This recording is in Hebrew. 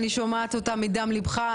אני שומעת אותם מדם לבך.